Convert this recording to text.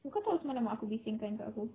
kau tahu semalam mak aku bisingkan kat aku